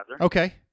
Okay